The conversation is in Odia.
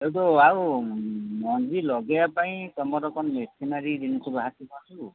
ହେ ଯେଉଁ ଆଉ ମଞ୍ଜି ଲଗେଇବା ପାଇଁ ତମର କଣ ମେସିନାରି ଜିନିଷ ବାହାରିଛି କଣ ସବୁ